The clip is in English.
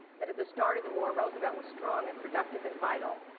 that at the start of the war roosevelt was strong and productive and vital,